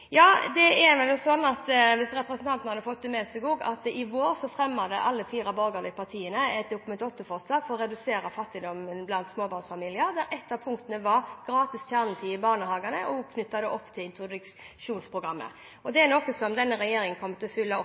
Det er slik – hvis representanten også hadde fått det med seg – at i vår fremmet alle de fire borgerlige partiene et Dokument 8-forslag for å redusere fattigdommen blant småbarnsfamilier, der ett av punktene var gratis kjernetid i barnehagene, også knyttet opp til introduksjonsprogrammet. Det er noe denne regjeringen kommer til å følge opp